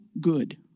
good